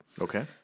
Okay